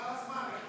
נגמר הזמן.